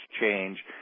change